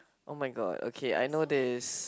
oh-my-god okay I know this